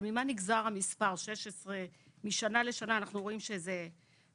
אבל ממה נגזר המספר 16. משנה לשנה אנחנו רואים שזה 7,